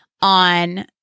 on